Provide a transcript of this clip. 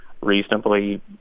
reasonably